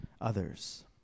others